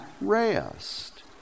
rest